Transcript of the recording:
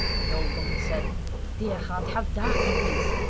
the old woman said dear heart, how dark it is!